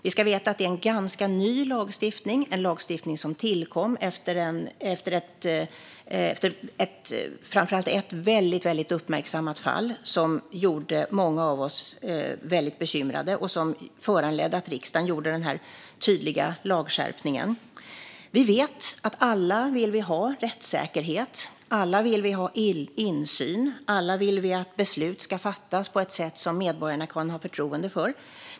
Vi ska veta att det är en ganska ny lagstiftning. Den tillkom framför allt efter ett väldigt uppmärksammat fall som gjorde många av oss väldigt bekymrade och som föranledde att riksdagen gjorde denna tydliga lagskärpning. Alla vill vi ha rättssäkerhet. Alla vill vi ha insyn. Alla vill vi att beslut ska fattas på ett sätt som medborgarna kan ha förtroende för.